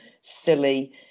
silly